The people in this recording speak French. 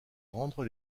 rendre